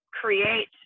create